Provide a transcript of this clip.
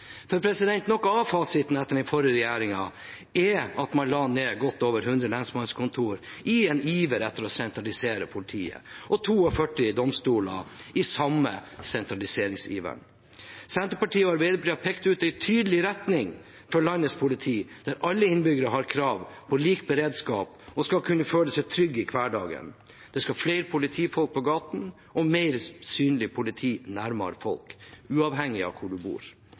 Noe av fasiten etter den forrige regjeringen er at man la ned godt over 100 lensmannskontor i en iver etter å sentralisere politiet – og 42 domstoler i den samme sentraliseringsiveren. Senterpartiet og Arbeiderpartiet har pekt ut en tydelig retning for landets politi der alle innbyggere har krav på lik beredskap og skal kunne føle seg trygge i hverdagen. Det skal bli flere politifolk på gatene og mer synlig politi nærmere folk, uavhengig av hvor man bor.